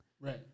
Right